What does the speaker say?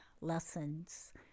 lessons